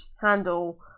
handle